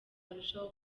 arushaho